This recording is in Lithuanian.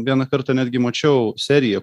vieną kartą netgi mačiau seriją